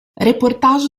reportage